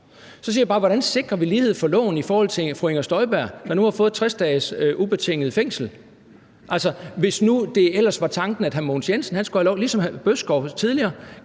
Så spørger jeg bare, hvordan vi sikrer lighed for loven i forhold til fru Inger Støjberg, der nu har fået 60 dages ubetinget fængsel – altså, hvis nu det ellers var tanken, at hr. Mogens Jensen skulle have lov til at gå af, ligesom